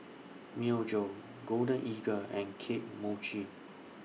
Myojo Golden Eagle and Kane Mochi